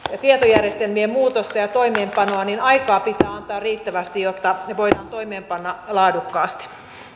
tietojärjestelmien muutosta ja toimeenpanoa niin aikaa pitää antaa riittävästi jotta ne voidaan toimeenpanna laadukkaasti